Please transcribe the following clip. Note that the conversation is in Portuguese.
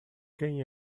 quem